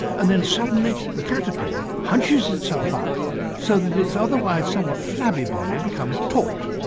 and then suddenly the caterpillar hunches itself up so that its otherwise somewhat flabby body becomes taut.